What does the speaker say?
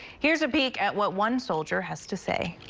here's a peek at what one soldier has to say.